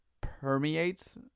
permeates